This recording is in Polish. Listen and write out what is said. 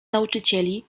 nauczycieli